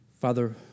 Father